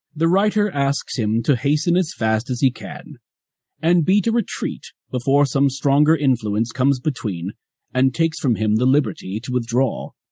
the writer asks him to hasten as fast as he can and beat a retreat before some stronger influence comes between and takes from him the liberty to withdraw.